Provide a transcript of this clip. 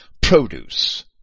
produce